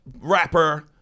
Rapper